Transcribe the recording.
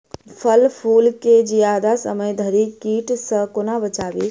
फल फुल केँ जियादा समय धरि कीट सऽ कोना बचाबी?